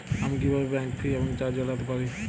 আমি কিভাবে bank fee এবং চার্জ এড়াতে পারি?